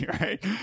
right